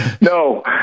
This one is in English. No